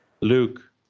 Luke